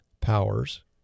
powers